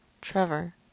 Trevor